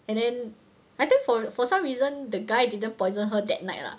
and then I think for for some reason the guy didn't poisoned her that night lah